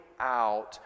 out